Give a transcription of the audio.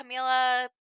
camila